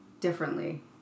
differently